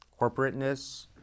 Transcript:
corporateness